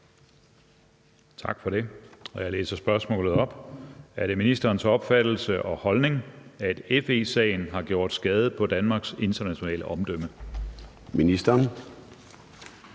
Tak for det, og jeg læser spørgsmålet op: Er det ministerens opfattelse og holdning, at FE-sagen har gjort skade på Danmarks internationale omdømme? Kl.